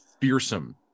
fearsome